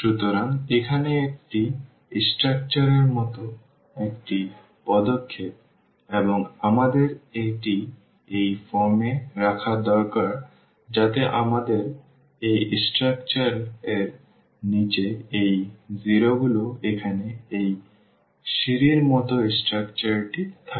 সুতরাং এখানে এটি স্ট্রাকচারর মতো একটি পদক্ষেপ এবং আমাদের এটি এই ফর্মে রাখা দরকার যাতে আমাদের এই স্ট্রাকচারর নীচে এই 0গুলি এখানে এই সিঁড়ির মতো স্ট্রাকচারটি থাকে